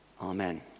Amen